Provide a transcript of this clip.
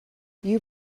you